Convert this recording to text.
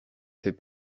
fait